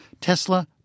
Tesla